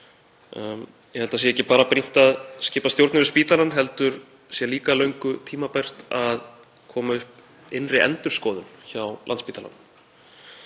Ég held að það sé ekki bara brýnt að skipa stjórn yfir spítalann heldur sé líka löngu tímabært að koma upp innri endurskoðun hjá Landspítalanum.